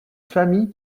famille